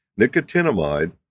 nicotinamide